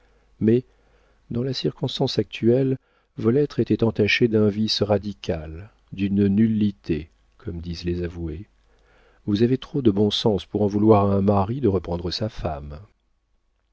mais dans la circonstance actuelle vos lettres étaient entachées d'un vice radical d'une nullité comme disent les avoués vous avez trop de bon sens pour en vouloir à un mari de reprendre sa femme